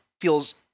feels